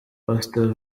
pastor